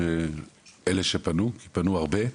אלה שפנו, פנו הרבה.